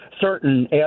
certain